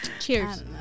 cheers